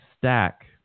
stack